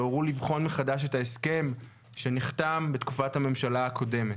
והורו לבחון מחדש את ההסכם שנחתם בתקופת הממשלה הקודמת.